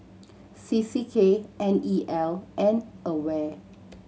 C C K N E L and AWARE